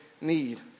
need